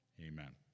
amen